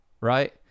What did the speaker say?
Right